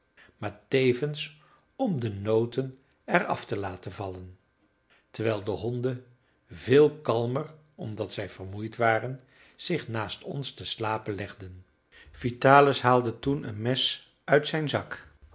maar tevens om de noten er af te laten vallen terwijl de honden veel kalmer omdat zij vermoeid waren zich naast ons te slapen legden vitalis haalde toen een mes uit zijn zak